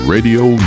Radio